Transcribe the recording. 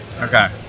Okay